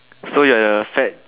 so you're a fat